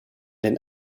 den